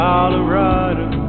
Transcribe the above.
Colorado